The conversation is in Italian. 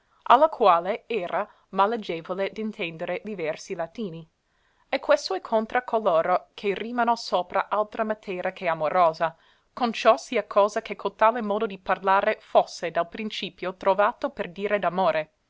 la quale era malagevole d'intendere li versi latini e questo è contra coloro che rìmano sopra altra matera che amorosa con ciò sia cosa che cotale modo di parlare fosse dal principio trovato per dire